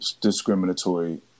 discriminatory